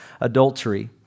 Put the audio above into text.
adultery